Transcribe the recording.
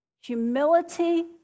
Humility